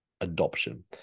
adoption